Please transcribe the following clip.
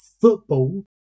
Football